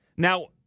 Now